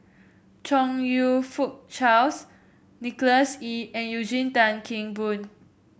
Chong You Fook Charles Nicholas Ee and Eugene Tan Kheng Boon